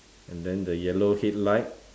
and then the yellow headlight